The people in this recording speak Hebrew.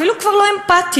אפילו כבר לא אמפתיה.